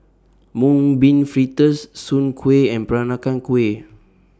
Mung Bean Fritters Soon Kuih and Peranakan Kueh